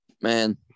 Man